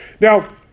Now